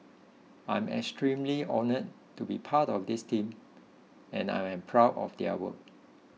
I'm extremely honoured to be part of this team and I am proud of their work